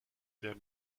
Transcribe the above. der